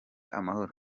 amahoro